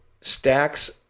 stacks